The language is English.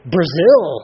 Brazil